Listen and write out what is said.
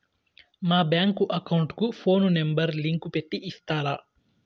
మా bank account కు phone number link పెట్టి ఇస్తారా?